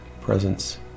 presence